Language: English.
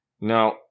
Now